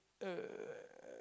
uh at